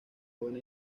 buena